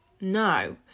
No